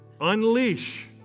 Unleash